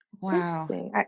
Wow